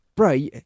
bro